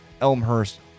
Elmhurst